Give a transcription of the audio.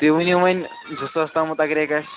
تُہۍ ؤنِو وۅنۍ زٕ ساس تام اگرے گَژھِ